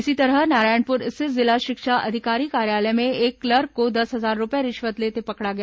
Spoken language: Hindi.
इसी तरह नारायणपुर स्थित जिला शिक्षा अधिकारी कार्यालय में एक क्लर्क को दस हजार रूपए रिश्वत लेते पकड़ा गया